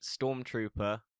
stormtrooper